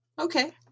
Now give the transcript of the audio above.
Okay